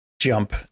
jump